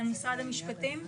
משרד המשפטים.